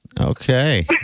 Okay